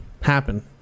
happen